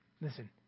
Listen